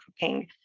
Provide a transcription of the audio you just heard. cooking